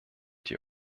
die